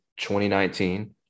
2019